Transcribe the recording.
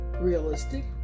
realistic